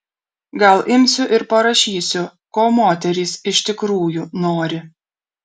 gal imsiu ir parašysiu ko moterys iš tikrųjų nori